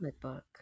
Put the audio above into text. book